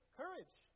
courage